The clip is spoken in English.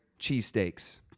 cheesesteaks